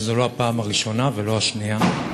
וזו לא הפעם הראשונה ולא השנייה.